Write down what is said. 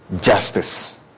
justice